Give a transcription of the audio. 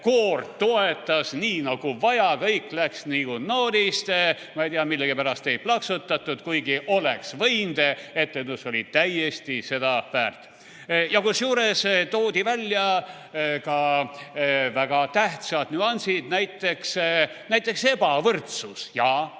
koor toetas nii, nagu vaja. Kõik käis nii kui noodist. Ma ei tea, millegipärast ei plaksutatud, kuigi oleks võinud, sest etendus oli täiesti seda väärt. Kusjuures toodi välja ka väga tähtsad nüansid, näiteks ebavõrdsus. Jaa,